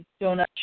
donut